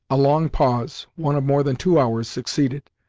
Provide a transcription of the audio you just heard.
a long pause one of more than two hours succeeded,